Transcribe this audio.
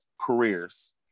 careers